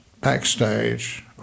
backstage